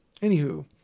anywho